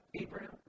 Abraham